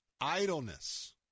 Idleness